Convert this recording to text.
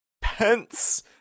pence